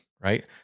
right